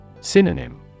Synonym